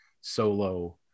solo